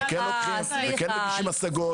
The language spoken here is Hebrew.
או שלבן אדם מגיעה ההנחה כי יש לו את המסמך שמעיד על כך,